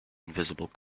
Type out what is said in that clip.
invisible